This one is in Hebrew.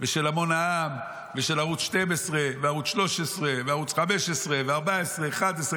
ושל המון העם ושל ערוץ 12 וערוץ 13 וערוץ 15 ו-14 ו-11,